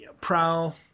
Prowl